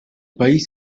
país